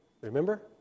remember